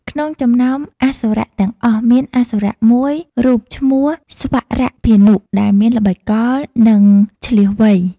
ក្នុងចំណោមអសុរៈទាំងអស់ មានអសុរៈមួយរូបឈ្មោះ ស្វរភានុ ដែលមានល្បិចកល និងឈ្លាសវៃ។